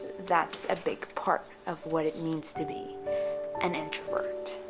that's a big part of what it means to be an introvert